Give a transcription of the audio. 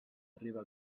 arriba